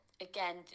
again